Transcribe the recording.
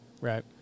Right